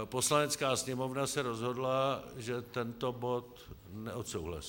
Poslanecká sněmovna se rozhodla, že tento bod neodsouhlasí.